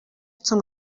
zum